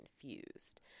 confused